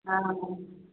हँ